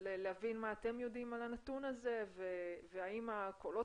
אני מבקשת לשמוע מה אתם יודעים על הנתון הזה והאם הקולות